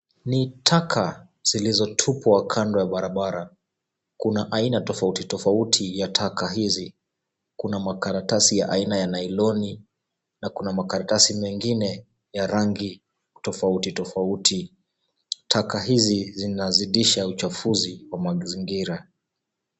NI taka zilizotupwa kando ya barabara, kuna aina tofauti tofauti ya taka hizi, kuna makaratasi ya aina ya nailoni na kuna makaratasi mengine ya rangi tofauti tofauti. Taka hizi zinazidisha uchafuzi wa mazingira.